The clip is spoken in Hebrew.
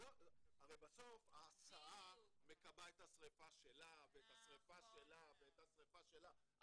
הרי בסוף ההסעה מכבה את השריפה שלה ואת השריפה שלה ואת השריפה שלה.